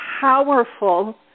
powerful